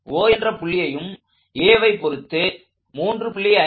O என்ற புள்ளியும் Aவை பொருத்து 3